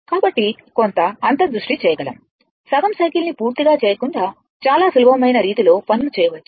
కాబట్టి కొంత అంతర్దృష్టి చేయగలము సగం సైకిల్ని పూర్తిగా చేయకుండా చాలా సులభమైన రీతిలో పనులు చేయవచ్చు